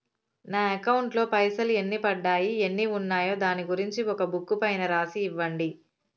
నా అకౌంట్ లో పైసలు ఎన్ని పడ్డాయి ఎన్ని ఉన్నాయో దాని గురించి ఒక బుక్కు పైన రాసి ఇవ్వండి?